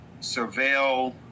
surveil